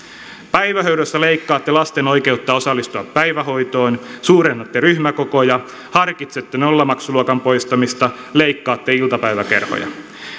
päivähoidossa leikkaatte lasten oikeutta osallistua päivähoitoon suurennatte ryhmäkokoja harkitsette nollamaksuluokan poistamista leikkaatte iltapäiväkerhoja